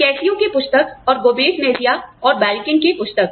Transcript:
कास्कीओ की पुस्तक और गोमेंज मेजिया और बेल्किन की पुस्तक